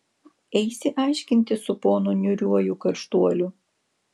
eisi aiškintis su ponu niūriuoju karštuoliu